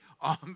on